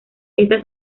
estas